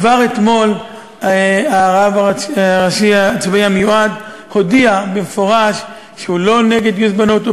כבר אתמול הרב הראשי הצבאי המיועד הודיע במפורש שהוא לא נגד גיוס בנות,